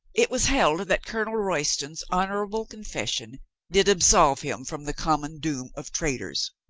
it was held that colonel royston's honorable confession did absolve him from the common doom of traitors.